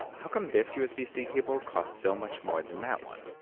how come this usb-c cable costs so much more than that one?